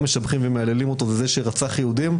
משבחים ומהללים אותו זה מי שרצח יהודים,